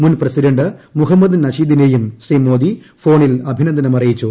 മുൻ പ്രസിഡന്റ് മുഹമ്മദ് നഷീദിനെയും ശ്രീ മോദി ഫോണിൽ അഭിനന്ദനം അറിയിച്ചു